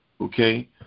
okay